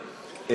הנושא: